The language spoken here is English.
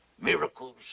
miracles